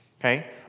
okay